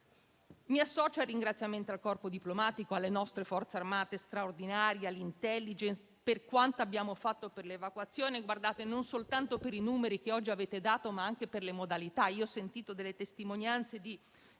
Mi associo ai ringraziamenti al corpo diplomatico, alle nostre Forze armate straordinarie e all'*intelligence* per quanto abbiamo fatto per l'evacuazione, non soltanto per i numeri che oggi avete dato, ma anche per le modalità. Ho sentito delle testimonianze di